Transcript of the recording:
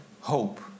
hope